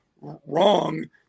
wrong